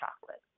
chocolate